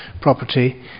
property